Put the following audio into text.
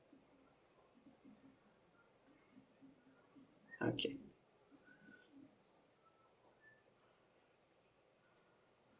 okay